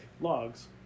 logs